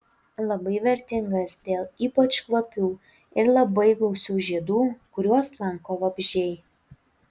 labai vertingas dėl ypač kvapių ir labai gausių žiedų kuriuos lanko vabzdžiai